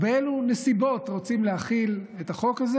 ובאילו נסיבות רוצים להחיל את החוק זה?